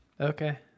Okay